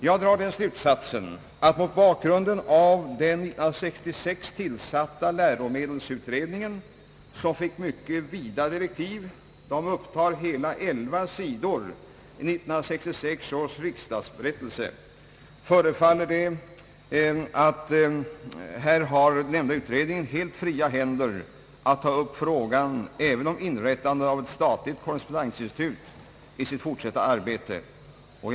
Jag drar den slutsatsen att mot bakgrunden av den 1966 tillsatta läromedelsutredningen som fick mycket vida direktiv — dessa upptar hela 11 sidor i 1966 års riksdagsberättelse — förefaller det att nämnda utredning i sitt fortsatta arbete har helt fria händer att även ta upp frågan om inrättandet av ett statligt korrespondensinstitut. Jag förutsätter att det är på detta sätt som utskottets utlåtande skall tolkas.